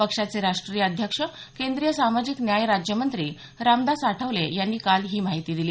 पक्षाचे राष्ट्रीय अध्यक्ष केंद्रीय सामाजिक न्याय राज्यमंत्री रामदास आठवले यांनी काल ही माहिती दिली